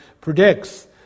predicts